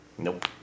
Nope